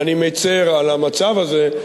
אני מצר על המצב הזה,